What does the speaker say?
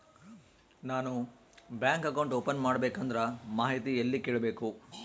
ನಾನು bank account open ಮಾಡಬೇಕಂದ್ರ ಮಾಹಿತಿ ಎಲ್ಲಿ ಕೇಳಬೇಕು?